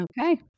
Okay